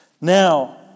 Now